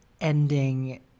ending